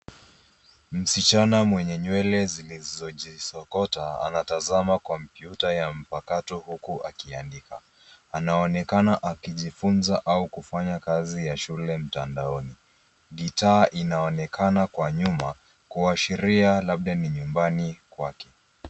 Msichana mwenye nywele zilizojisokota anatazama kompyuta ya mpakato huku akiandika. Anaonekana akijifunza au kufanya kazi ya shule mtandaoni. Gitaa inaonekana kwa nyuma kuashiria labda ni nyumbani kwake.